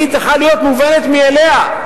היא צריכה להיות מובנת מאליה,